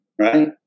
Right